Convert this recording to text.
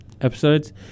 episodes